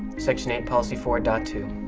section eight, policy four dot two.